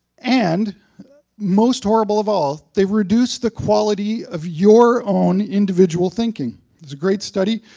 and most horrible of all, they reduce the quality of your own individual thinking. there's a great study.